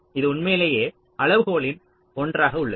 இது உண்மையிலேயே அளவுகோலின் ஒன்றாக உள்ளது